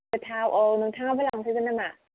गोथाव औ नोंथाङाबो लांफैगोन नामा